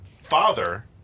father